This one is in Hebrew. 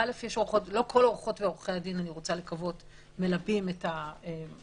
לא כל עורכות ועורכי הדין אני רוצה לקוות - מלבים את המאבקים.